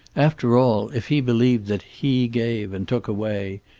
after all, if he believed that he gave and took away,